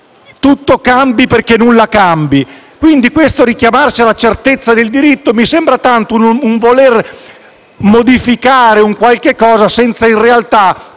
tutto cambi perché nulla cambi. Questo richiamarsi alla certezza del diritto mi sembra tanto un voler modificare un qualche cosa senza, in realtà,